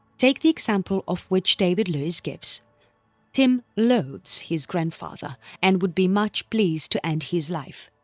take the example of which david lewis gives tim loathes his grandfather and would be much pleased to end his life.